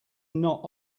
not